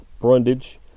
Brundage